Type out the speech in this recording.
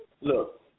Look